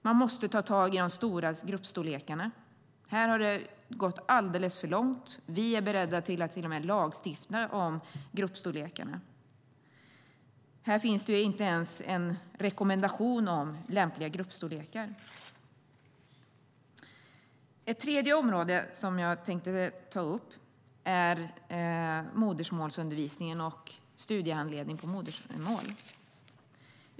Man måste ta tag i de stora gruppstorlekarna. Här har det gått alldeles för långt. Vi är till och med beredda att lagstifta om gruppstorlekarna. Nu finns det inte ens en rekommendation om lämpliga gruppstorlekar. Ett tredje område som jag tänkte ta upp gäller modersmålsundervisningen och studiehandledning på modersmål.